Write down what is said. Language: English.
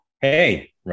hey